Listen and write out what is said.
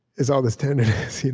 is all this tenderness.